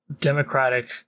democratic